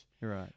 right